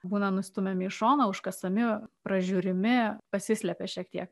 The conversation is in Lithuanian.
būna nustumiami į šoną užkasami pražiūrimi pasislepia šiek tiek